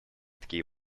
такие